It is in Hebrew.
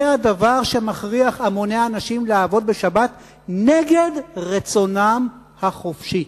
זה הדבר שמכריח המוני אנשים לעבוד בשבת נגד רצונם החופשי.